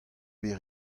bet